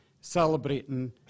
celebrating